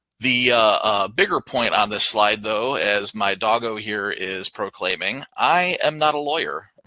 the bigger point on this slide though as my dog, ah here is proclaiming. i am not a lawyer.